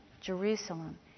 Jerusalem